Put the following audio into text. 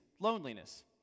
loneliness